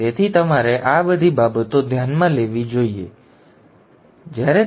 તેથી તમારે આ બધી બાબતો ધ્યાનમાં લેવી જોઈએ અને આ બાબતો ધ્યાનમાં રાખવી જોઈએ